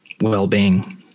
well-being